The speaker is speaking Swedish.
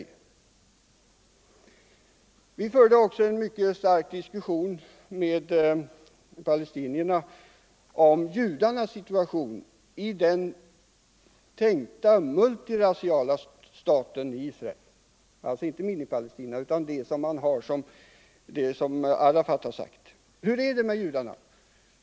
Vi har också fört en mycket intensiv diskussion med palestinierna om judarnas situation i den tänkta multirasiala staten Israel, alltså inte Minipalestina utan den som Arafat har talat om. Hur är det med judarna?